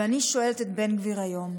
ואני שואלת את בן גביר היום: